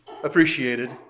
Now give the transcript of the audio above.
appreciated